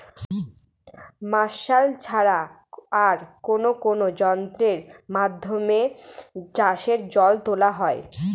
Martial ছাড়া আর কোন কোন যন্ত্রেরর মাধ্যমে চাষের জল তোলা হয়?